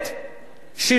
אני מוכרח להודות,